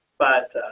but